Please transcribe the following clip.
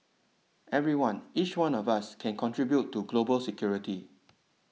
everyone each one of us can contribute to global security